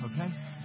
Okay